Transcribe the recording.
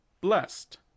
Blessed